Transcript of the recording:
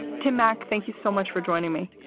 tim mak, thank you so much for joining me.